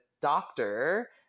doctor